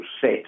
set